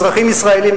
אזרחים ישראלים,